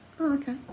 Okay